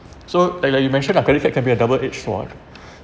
so they like you mentioned lah credit card can be a double-edged sword